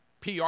PR